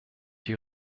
die